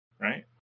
Right